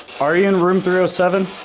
are you in room verio seven.